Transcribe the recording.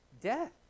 death